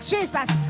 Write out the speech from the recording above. Jesus